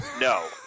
No